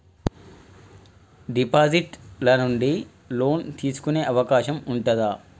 Deposit ల నుండి loan తీసుకునే అవకాశం ఉంటదా?